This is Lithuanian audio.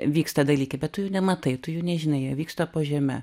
vyksta dalykai bet tu jų nematai tu jų nežinai jie vyksta po žeme